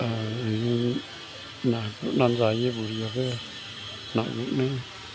आं बे ना गुथना जायो बुरियाबो ना गुथनो